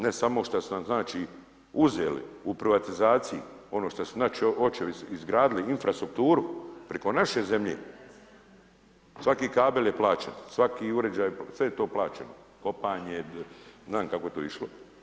Ne samo što znači uzeli u privatizaciji ono što su naši očevi izgradili infrastrukturu, preko naše zemlje, svaki kabel je plaćen, svaki uređaj, sve to je plaćeno, kopanje, znam kako je to išlo.